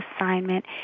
assignment